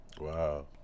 Wow